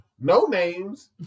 no-names